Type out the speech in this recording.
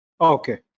okay